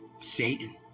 Satan